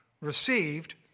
received